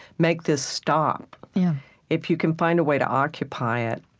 make this stop if you can find a way to occupy it